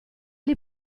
gli